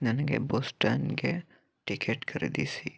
ನನಗೆ ಬೋಸ್ಟನ್ಗೆ ಟಿಕೆಟ್ ಖರೀದಿಸಿ